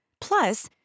Plus